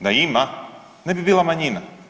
Da ima ne bi bila manjina.